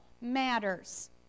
matters